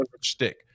stick